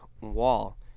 wall